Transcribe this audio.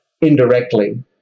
indirectly